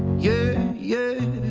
yea yea